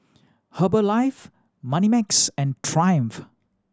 Herbalife Moneymax and Triumph